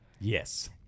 Yes